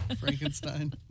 Frankenstein